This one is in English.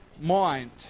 mind